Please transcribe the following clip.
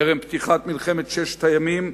טרם פתיחת מלחמת ששת הימים,